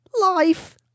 life